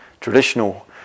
traditional